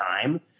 time